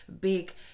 big